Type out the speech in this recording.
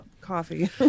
coffee